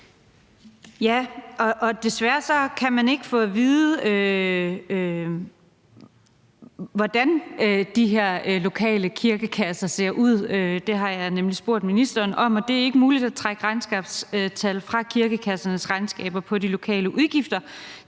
(LA): Desværre kan man ikke få at vide, hvordan de her lokale kirkekasser ser ud. Det har jeg nemlig spurgt ministeren om, og det er ikke muligt at trække regnskabstal fra kirkernes regnskaber på de lokale udgifter